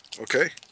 Okay